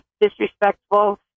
disrespectful